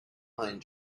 pine